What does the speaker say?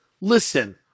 Listen